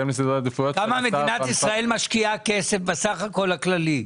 כמה מדינת ישראל משקיעה בסך הכל הכללי?